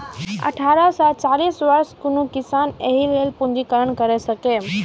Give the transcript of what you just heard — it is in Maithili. अठारह सं चालीस वर्षक कोनो किसान एहि लेल पंजीकरण करा सकैए